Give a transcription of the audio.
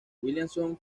williamson